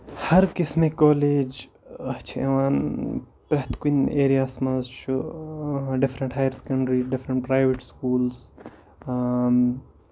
ہر قٔسمٕکۍ کالج چھِ یِوان پرٮ۪تھ کُنہِ ایریا ہَس منٛز چھُ different higher secondary different private schools